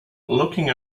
looking